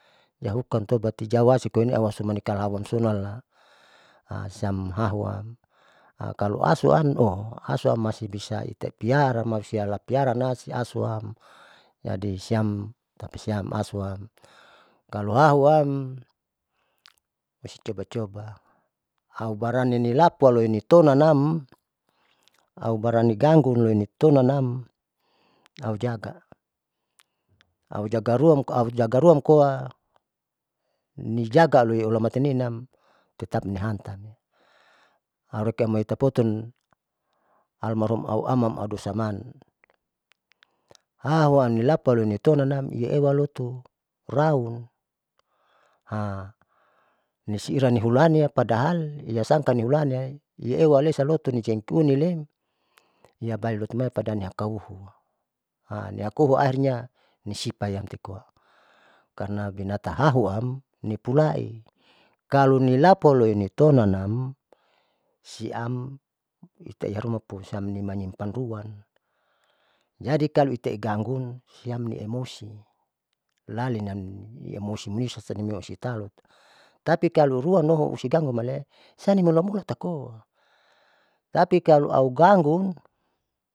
Jahukang tobati jawasikoine au hasumani kalauamsona siam hahuam akalo asuam asuam masih bisa itaipiara malusia ipiara nasi asuam jadi siam tapasiam asuam kalo hahuam iscoba coba aubarani nilapua noinitinanam au barani gangu loinitonanam aujaga, aujaga ruam aujaga ruam koa nijaga loii ulamatnimnam tetap nihantam aureke amoi tapotun almalrhum au aman adusaman, hahuam nilapuloi nitonan iyewaloto raung nisiran nihulani padahal iyasangka nihulaniale iewa lesa loto nicenki unilen iapali lotuma koa nihakohu ahirnya nisipayatekoa, karna binate hahuam nipulai kalo nilapu loini tonanam siam itae harumapo siam nimani hutan ruan jadi kalo itaigangu iam niemosi lalinam iahusi munisa sanimeua musi talu tapikalu ruanohon usigangu male saninmula mulatakoa tapi kalo augangu.